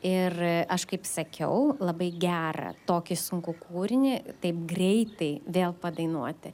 ir aš kaip sakiau labai gerą tokį sunkų kūrinį taip greitai vėl padainuoti